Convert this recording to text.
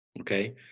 Okay